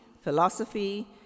philosophy